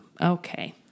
Okay